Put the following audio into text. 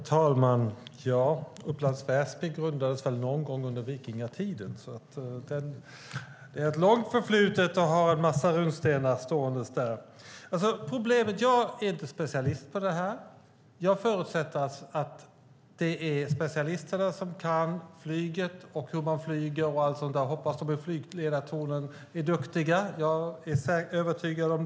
Herr talman! Upplands Väsby grundades på vikingatiden, så det har ett långt förflutet. Det står en massa runstenar där. Jag är inte specialist på detta. Jag förutsätter att det är specialisterna som kan flyg, hur man flyger och sådant. Jag hoppas att de är duktiga i flygledartornet; det är jag övertygad om.